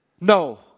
No